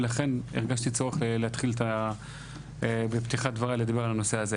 ולכן הרגשתי צורך להתחיל בפתיחת דבריי לדבר על הנושא הזה.